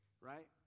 right